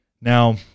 Now